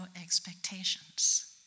expectations